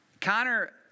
Connor